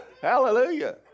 Hallelujah